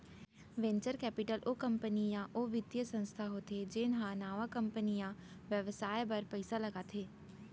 venture capital ओ company या ओ बित्तीय संस्था होथे जेन ह नवा कंपनी या बेवसाय बर पइसा लगाथे